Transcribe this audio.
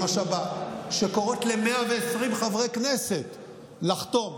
השב"כ שקוראת ל-120 חברי הכנסת לחתום.